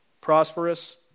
prosperous